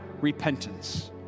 repentance